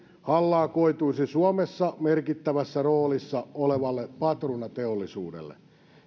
hallaa koituisi suomessa merkittävässä roolissa olevalle patruunateollisuudelle